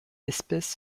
espèce